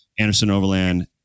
andersonoverland